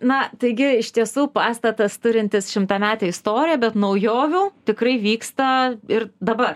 na taigi iš tiesų pastatas turintis šimtametę istoriją bet naujovių tikrai vyksta ir dabar